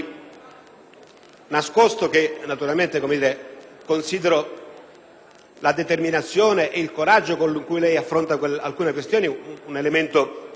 naturalmente considero la determinazione ed il coraggio con cui lei affronta alcune questioni un elemento a